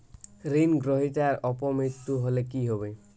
ঋণ গ্রহীতার অপ মৃত্যু হলে কি হবে?